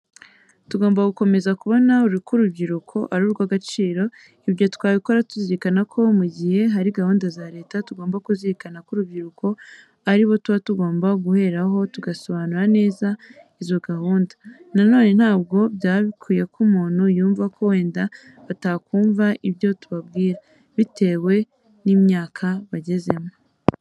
Tugomba gukomeza kubona ko urubyiruko ari urw'agaciro. Ibyo twabikora tuzirikana ko mu gihe hari gahunda za leta tugomba kuzirikana ko urubyiruko ari bo tuba tugomba guheraho tubasobanurira neza izo gahunda. Na none ntabwo byaba bikwiye ko umuntu yumva ko wenda batakumva ibyo tubabwira, bitewe n'imyaka bagezemo.